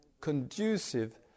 conducive